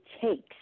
takes